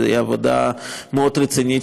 והיא עבודה מאוד רצינית,